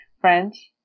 French